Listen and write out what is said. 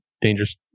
dangerous